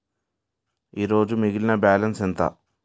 ఈరోజు మిగిలిన బ్యాలెన్స్ ఎంత?